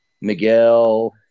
Miguel